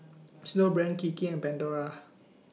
Snowbrand Kiki and Pandora